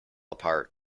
apart